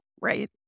right